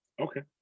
Okay